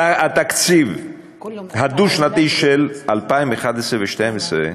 התקציב הדו-שנתי של 2011 ו-2012,